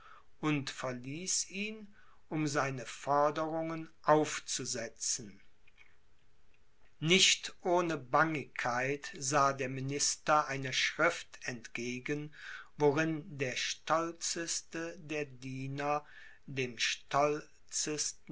und verließ ihn um seine forderungen aufzusetzen nicht ohne bangigkeit sah der minister einer schrift entgegen worin der stolzeste der diener dem